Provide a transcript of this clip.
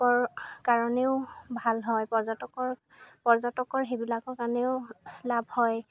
কৰ কাৰণেও ভাল হয় পৰ্যটকৰ পৰ্যটকৰ সেইবিলাকৰ কাৰণেও লাভ হয়